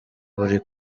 buri